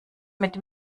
mit